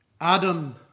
Adam